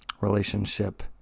relationship